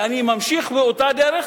ואני ממשיך באותה דרך,